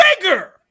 bigger